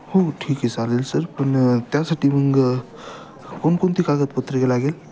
हो ठीक आहे चालेल सर पण त्यासाठी मग कोणकोणती कागदपत्रे लागेल